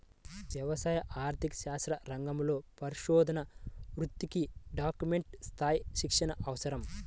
వ్యవసాయ ఆర్థిక శాస్త్ర రంగంలో పరిశోధనా వృత్తికి గ్రాడ్యుయేట్ స్థాయి శిక్షణ అవసరం